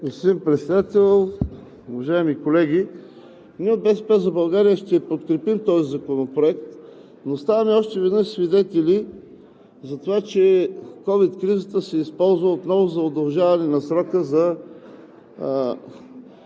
Господин Председател, уважаеми колеги! Ние от „БСП за България“ ще подкрепим този законопроект, но ставаме още веднъж свидетели, за това, че ковид кризата се използва отново за удължаване на срока за